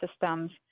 systems